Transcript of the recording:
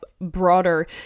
broader